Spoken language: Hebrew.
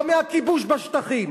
לא מהכיבוש בשטחים,